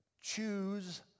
Choose